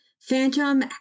Phantom